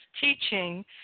teaching